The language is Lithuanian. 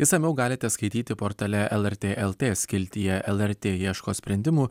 išsamiau galite skaityti portale lrt lt skiltyje lrt ieško sprendimų